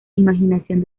imaginación